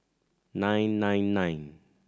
nine nine nine